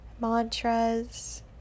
mantras